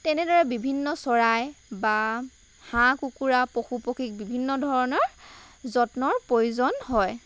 তেনেদৰে বিভিন্ন চৰাই বা হাঁহ কুকুৰা পশু পক্ষীক বিভিন্ন ধৰণৰ যত্নৰ প্ৰয়োজন হয়